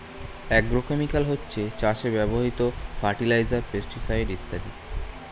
agrochemical হচ্ছে চাষে ব্যবহৃত ফার্টিলাইজার, পেস্টিসাইড ইত্যাদি